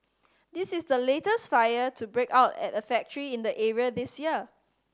this is the latest fire to break out at a factory in the area this year